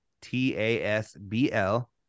T-A-S-B-L